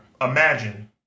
Imagine